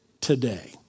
Today